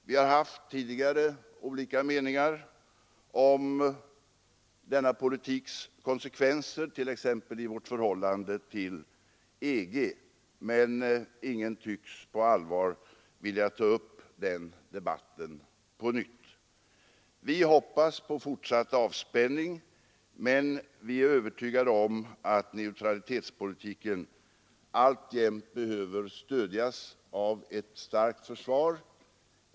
Vi har tidigare haft olika meningar om denna politiks konsekvenser t.ex. i vårt förhållande till EG, men ingen tycks på allvar vilja ta upp den debatten på nytt. Vi hoppas på fortsatt avspänning, men vi är övertygade om att neutralitetspolitiken alltjämt behöver stödjas av ett starkt försvar.